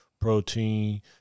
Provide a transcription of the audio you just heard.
protein